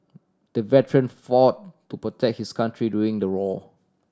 the veteran fought to protect his country during the war